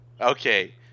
Okay